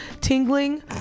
tingling